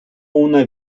una